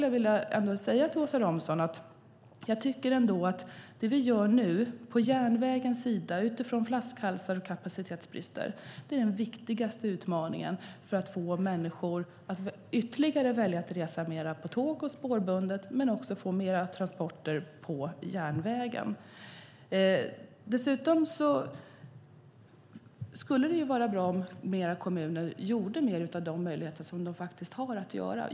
Jag tycker, Åsa Romson, att det vi gör nu på järnvägens sida utifrån flaskhalsar och kapacitetsbrister är den viktigaste utmaningen för att få människor att ytterligare välja att resa mer på tåg och spårbundet och för att få mer transporter på järnvägen. Dessutom skulle det vara bra om fler kommuner gjorde mer av de möjligheter som de har.